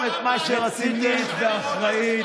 מושחת ונוכל.